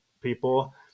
people